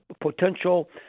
potential